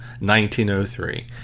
1903